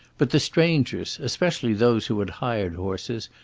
but the strangers, especially those who had hired horses,